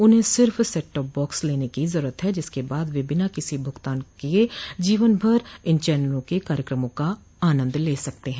उन्हें सिर्फ set top box लेने को जरूरत है जिसके बाद वे बिना कोई भुगतान किए जीवनभर इन चैनलों के कार्यक्रमों का आनंद ले सकते हैं